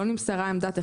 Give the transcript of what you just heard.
(1)